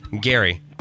Gary